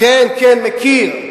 כן, כן, מכיר.